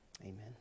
Amen